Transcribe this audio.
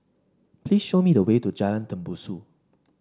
please show me the way to Jalan Tembusu